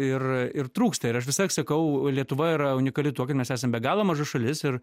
ir ir trūksta ir aš visąlaik sakau lietuva yra unikali tuo kad mes esam be galo maža šalis ir